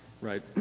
right